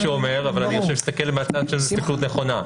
אבל עכשיו אני מסתכל מהצד של --- נכונה.